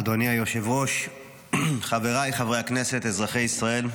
אדוני היושב-ראש, חבריי חברי הכנסת, אזרחי ישראל,